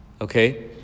Okay